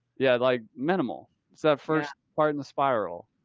yeah, like minimal is that first part in the spiral.